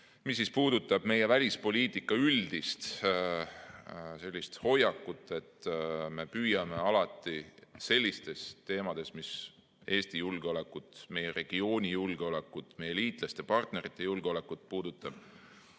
mis puudutab meie välispoliitika üldist hoiakut, et me püüame alati sellistes teemades, mis puudutavad Eesti julgeolekut, meie regiooni julgeolekut, meie liitlaste või partnerite julgeolekut, saavutada